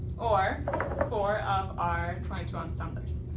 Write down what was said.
or four of our twenty two oz tumblers.